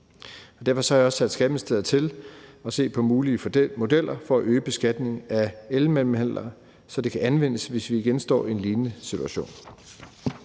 Derfor har jeg også sat Skatteministeriet til at se på mulige modeller for at øge beskatningen af elmellemhandlere, så det kan anvendes, hvis vi igen står i en lignende situation.